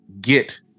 get